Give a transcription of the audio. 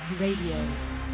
Radio